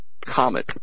comet